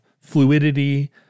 fluidity